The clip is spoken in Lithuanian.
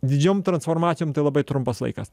didžiom transformacijom tai labai trumpas laikas